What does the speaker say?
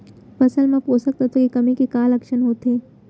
फसल मा पोसक तत्व के कमी के का लक्षण होथे?